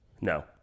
No